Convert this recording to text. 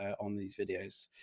on these videos.